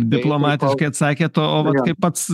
diplomatiškai atsakėt o vat kaip pats